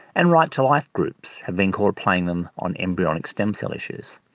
and right to life groups have been caught playing them on embryonic stem cell issues.